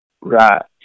Right